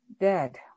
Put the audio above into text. dead